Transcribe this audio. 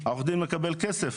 עורך הדין מקבל כסף,